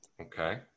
Okay